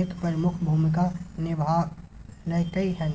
एक प्रमुख भूमिका निभलकय हन